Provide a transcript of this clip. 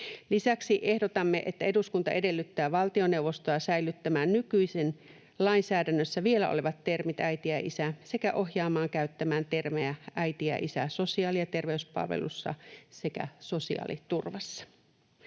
Lisäksi ehdotamme, että eduskunta edellyttää valtioneuvostoa säilyttämään nykyisin lainsäädännössä vielä olevat termit äiti ja isä sekä ohjaamaan käyttämään termejä äiti ja isä sosiaali- ja terveyspalveluissa sekä sosiaaliturvassa.